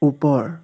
ওপৰ